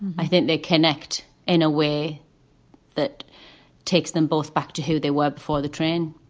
i think they connect in a way that takes them both back to who they were before the train.